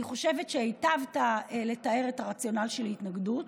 אני חושבת שהיטבת לתאר את הרציונל של התנגדות.